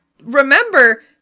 remember